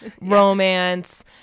romance